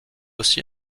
aussi